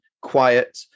quiet